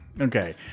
okay